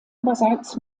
oberseits